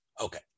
Okay